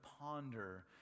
ponder